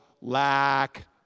lack